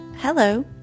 Hello